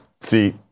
See